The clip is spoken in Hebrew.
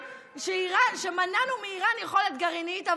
שמנענו מאיראן יכולת גרעינית,